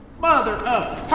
mother of